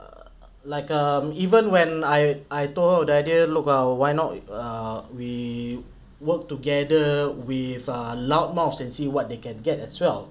err like um even when I I told her the idea look ah why not err we work together we are loudmouth and see what they can get as well